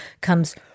comes